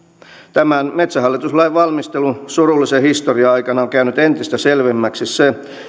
tämän metsähallitus lain valmistelun surullisen historian aikana on käynyt entistä selvemmäksi se